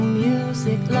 music